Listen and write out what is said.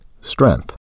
strength